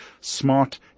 smart